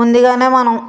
ముందుగానే మనం